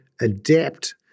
adapt